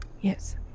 Yes